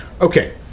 okay